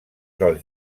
dels